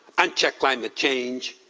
unchecked climate change,